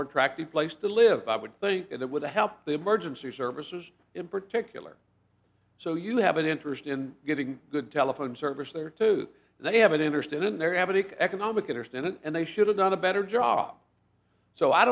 more attractive place to live i would think it would help the emergency services in particular so you have an interest in getting good telephone service there too they have an interest in their attic economic interest and they should have done a better job so i